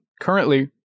Currently